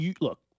look